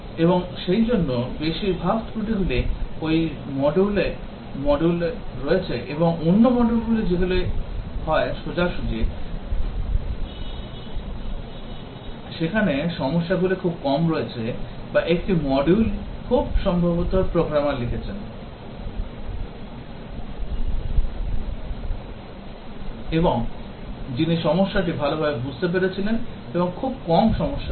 এবং সেইজন্য বেশিরভাগ ত্রুটিগুলি ওই module এ মডিউলে রয়েছে অন্য মডিউলগুলি যেগুলি হয় সোজাসুজি সেখানে সমস্যাগুলি খুব কম রয়েছে বা একটি মডিউল খুব অভিজ্ঞ প্রোগ্রামার লিখেছেন যিনি সমস্যাটি খুব ভালভাবে বুঝতে পেরেছিলেন এবং খুব কম সমস্যা ছিল